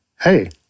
hey